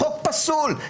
החוק פסול.